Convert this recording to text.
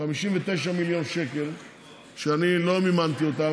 59 מיליון שקל שאני לא מימנתי אותם,